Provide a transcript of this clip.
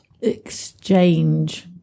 Exchange